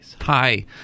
Hi